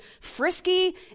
frisky